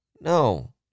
No